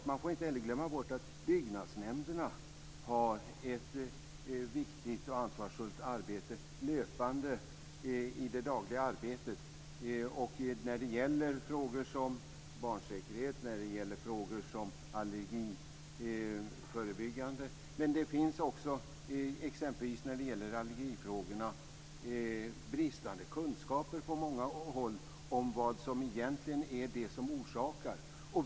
Man får inte heller glömma bort att byggnadsnämnderna har ett viktigt och ansvarsfullt arbete, löpande i det dagliga arbetet och när det gäller frågor som barnsäkerhet och allergiförebyggande. Men det finns också exempelvis i allergifrågorna bristande kunskaper på många håll om vad det egentligen är som orsakar allergi.